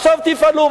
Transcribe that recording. עכשיו תפעלו,